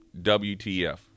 WTF